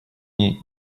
мне